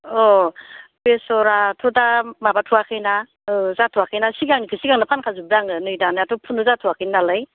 औ बेसराथ' दा माबाथ'वाखैना ओह जाथ'वाखै सिगांनिखौ सिगांनो फानखाजोबदों आङो नै दानाथ' फुनो जाथ'वाखै नालाय